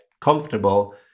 comfortable